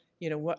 you know,